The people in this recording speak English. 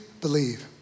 believe